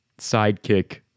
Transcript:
sidekick